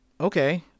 Okay